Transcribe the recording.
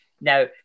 now